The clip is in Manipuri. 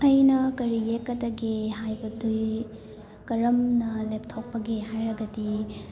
ꯑꯩꯅ ꯀꯔꯤ ꯌꯦꯛꯀꯗꯒꯦ ꯍꯥꯏꯕꯗꯤ ꯀꯔꯝꯅ ꯂꯦꯞꯊꯣꯛꯄꯒꯦ ꯍꯥꯏꯔꯒꯗꯤ